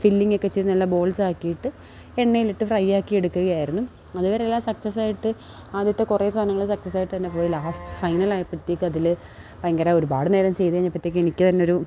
ഫില്ലിങ്ങൊക്കെ ചെയ്ത് നല്ല ബോൾസാക്കിയിട്ട് എണ്ണയിലിട്ട് ഫ്രൈ ആക്കിയെടുക്കുകയായിരുന്നു അതുവരെ എല്ലാം സക്സസായിട്ട് ആദ്യത്തെ കുറേ സാധനങ്ങള് സക്സസ്സായി തന്നെ പോയി ലാസ്റ്റ് ഫൈനലായപ്പോഴത്തേക്കതില് ഭയങ്കര ഒരുപാട് നേരം ചെയ്ത് കഴിഞ്ഞപ്പോഴത്തേക്ക് എനിക്ക് തന്നെയൊരു